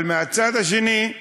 אבל מהצד השני,